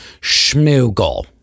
Schmoogle